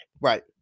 Right